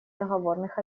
договорных